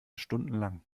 stundenlang